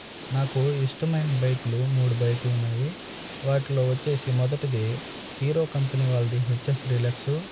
నాకు ఇష్టమైన బైకులు మూడు బైకులు ఉన్నాయి వాటిలో వచ్చేసి మొదటిది హీరో కంపెనీ వాళ్ళది హెచ్ఎఫ్ డీలెక్సు